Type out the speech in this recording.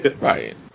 Right